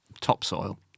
topsoil